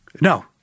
No